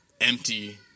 empty